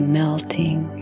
melting